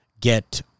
get